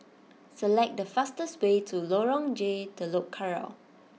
select the fastest way to Lorong J Telok Kurau